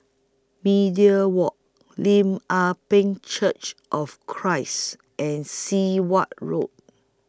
Media Walk Lim Ah Pin Church of Christ and Sit Wah Road